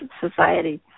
society